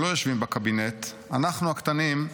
שלא יושבים בקבינט, אנחנו הקטנים,